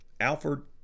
Alfred